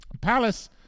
Palace